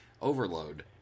overload